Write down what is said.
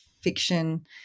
fiction